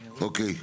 אוקיי.